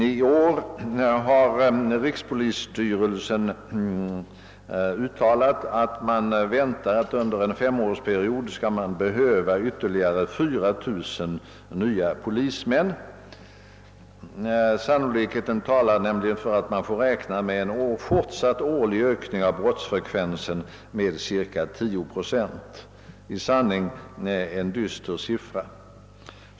I år har rikspolisstyrelsen uttalat att den väntar att det under en femårsperiod skall komma att behövas ytterligare 4 000 nya polis män. Sannolikheten talar nämligen enligt styrelsen för att man får räkna med en fortsatt årlig ökning av brottsfrekvensen med cirka 10 procent — i sanning en dyster siffra!